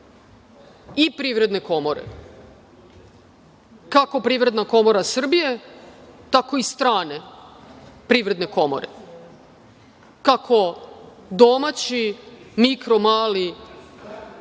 i privredne komore, kako Privredna komora Srbije, tako i strane privredne komore, kako domaći mikro, mali